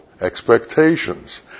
expectations